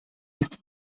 ist